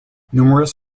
numerous